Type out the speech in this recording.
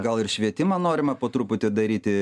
gal ir švietimą norima po truputį daryti